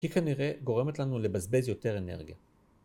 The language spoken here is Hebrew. היא כנראה גורמת לנו לבזבז יותר אנרגיה